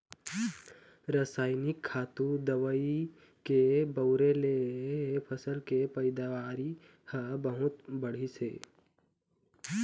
रसइनिक खातू, दवई के बउरे ले फसल के पइदावारी ह बहुत बाढ़िस हे